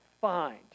find